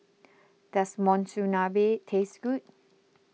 does Monsunabe taste good